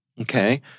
Okay